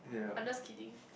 I'm just kidding